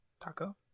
Taco